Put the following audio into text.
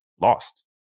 lost